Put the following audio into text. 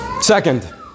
Second